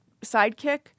sidekick